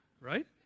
Right